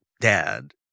dad